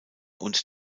und